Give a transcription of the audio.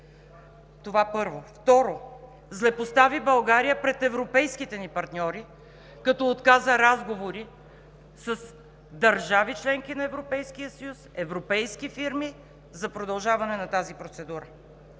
Това, първо. Второ, злепостави България пред европейските ни партньори, като отказа разговори с държави – членки на Европейския съюз, европейски фирми за продължаване на тази процедура.